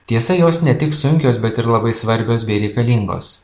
tiesa jos ne tik sunkios bet ir labai svarbios bei reikalingos